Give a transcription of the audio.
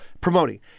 promoting